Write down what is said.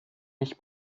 mich